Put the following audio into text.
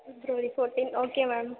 February fourteen okay ma'am